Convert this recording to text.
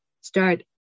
start